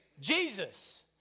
Jesus